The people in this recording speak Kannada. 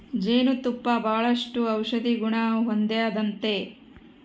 ಜೇನು ತುಪ್ಪ ಬಾಳಷ್ಟು ಔಷದಿಗುಣ ಹೊಂದತತೆ